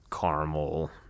caramel